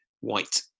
white